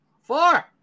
Four